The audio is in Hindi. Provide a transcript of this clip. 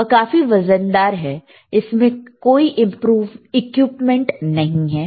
वह काफी वजनदार है इसमें कोई इंप्रूवमेंट नहीं है